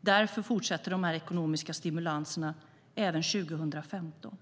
Därför fortsätter de ekonomiska stimulanserna även 2015.